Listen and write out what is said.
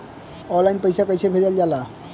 Online पैसा कैसे भेजल जाला?